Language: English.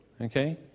Okay